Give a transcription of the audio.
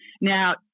Now